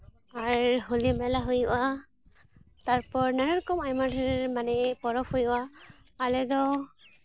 ᱟᱨ ᱦᱚᱞᱤ ᱢᱮᱞᱟ ᱦᱩᱭᱩᱜᱼᱟ ᱛᱟᱨᱯᱚᱨ ᱱᱟᱱᱟ ᱨᱚᱠᱚᱢ ᱟᱭᱢᱟ ᱰᱷᱮᱨ ᱢᱟᱱᱮ ᱯᱚᱨᱚᱵᱽ ᱦᱩᱭᱩᱜᱼᱟ ᱟᱞᱮ ᱫᱚ